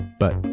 but,